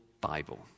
Bible